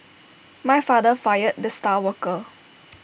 my father fired the star worker